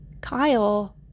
Kyle